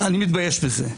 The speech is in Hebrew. אני מתבייש בזה.